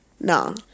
no